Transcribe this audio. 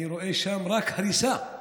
אני רואה שם רק הריסה.